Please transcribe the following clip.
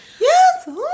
yes